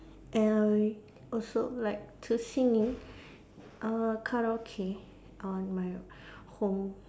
and I also like to singing uh karaoke on my home